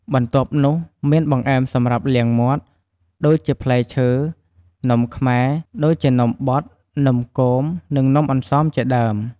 បន្ទាប់នោះមានបង្អែមសម្រាប់លាងមាត់ ដូចជាផ្លែឈើ នំខ្មែរ ដូចជានំបត់ នំគម និងនំអន្សមជាដើម។